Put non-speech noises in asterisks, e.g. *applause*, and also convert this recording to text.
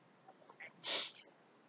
*noise*